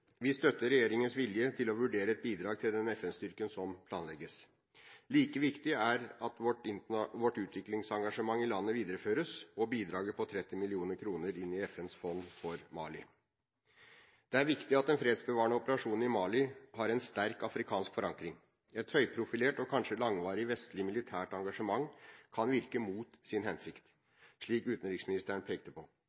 Vi støtter regjeringens vilje til å vurdere et bidrag til den FN-styrken som planlegges. Like viktig er det at vårt utviklingsengasjement i landet videreføres, og bidraget på 30 mill. kr inn i FNs fond for Mali. Det er viktig at den fredsbevarende operasjonen i Mali har en sterk afrikansk forankring. Et høyprofilert og kanskje langvarig vestlig militært engasjement kan virke mot sin hensikt,